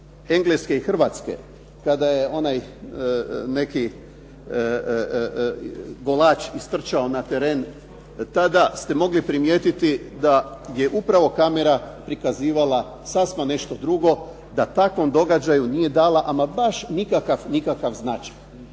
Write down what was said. Engleske i Hrvatske kada je onaj neki golać istrčao na teren, tada ste mogli primjetiti da je upravo kamera prikazivala sasma nešto drugo, da takvom događaju nije dala ama baš nikakav, nikakav značaj,